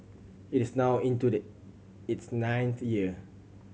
it is now into the its ninth year